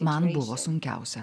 man buvo sunkiausia